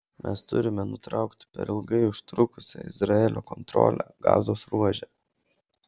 mes turime nutraukti per ilgai užtrukusią izraelio kontrolę gazos ruože